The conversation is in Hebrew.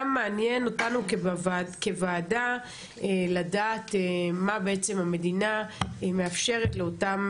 גם מעניין אותנו כוועדה לדעת מה בעצם המדינה מאפשרת לאותן